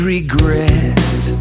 Regret